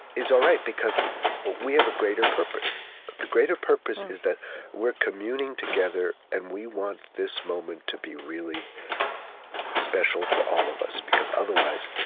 is all right, because we have a greater purpose the greater purpose is that we're communing together and we want this moment to be really special for all of us. because otherwise,